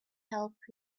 help